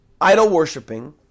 idol-worshiping